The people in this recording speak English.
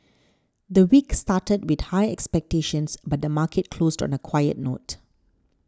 the week started with high expectations but the market closed on a quiet note